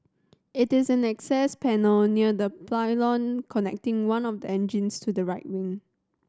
it is an access panel near the pylon connecting one of the engines to the right wing